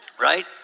right